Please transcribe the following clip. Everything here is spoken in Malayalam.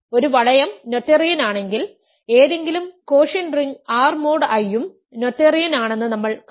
ഒരു വളയം നോതെറിയൻ ആണെങ്കിൽ ഏതെങ്കിലും quotient ring R mod I യും നോതേറിയൻ ആണെന്ന് നമ്മൾ കണ്ടു